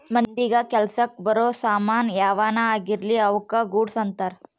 ಮಂದಿಗ ಕೆಲಸಕ್ ಬರೋ ಸಾಮನ್ ಯಾವನ ಆಗಿರ್ಲಿ ಅವುಕ ಗೂಡ್ಸ್ ಅಂತಾರ